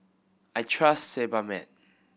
I trust Sebamed